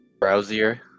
browsier